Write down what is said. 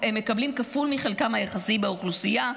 הם מקבלים כפול מחלקם היחסי באוכלוסייה.